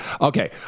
Okay